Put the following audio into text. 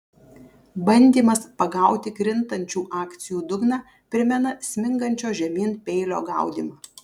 bandymas pagauti krintančių akcijų dugną primena smingančio žemyn peilio gaudymą